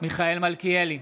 מיכאל מלכיאלי,